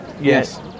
yes